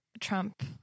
Trump